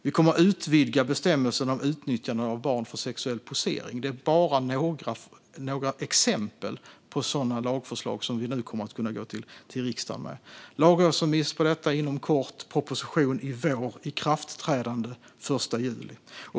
Vi kommer att utvidga bestämmelserna om utnyttjande av barn för sexuell posering. Detta är bara några exempel på lagförslag som vi nu kommer att kunna gå till riksdagen med. Lagrådsremiss av detta kommer inom kort, proposition kommer i vår och ikraftträdande sker den 1 juli.